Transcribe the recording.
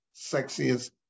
sexiest